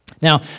Now